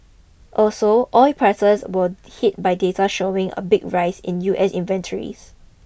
also oil prices were hit by data showing a big rise in US inventories